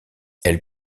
elle